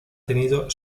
tenido